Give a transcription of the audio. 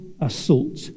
assault